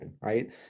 right